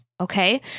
Okay